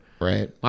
Right